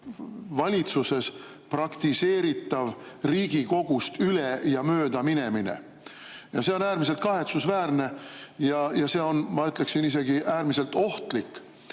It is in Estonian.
valitsuses praktiseeritav Riigikogust üle‑ ja möödaminemine. See on äärmiselt kahetsusväärne ja see on, ma ütleksin, isegi äärmiselt ohtlik.